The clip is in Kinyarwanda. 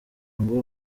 ngo